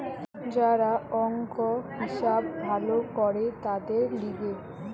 যারা অংক, হিসাব ভালো করে তাদের লিগে